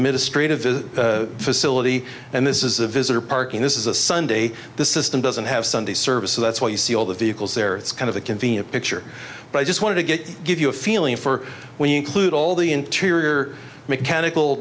administrative facility and this is a visitor parking this is a sunday the system doesn't have sunday services that's why you see all the vehicles there it's kind of a convenient picture but i just wanted to get give you a feeling for when you include all the interior mechanical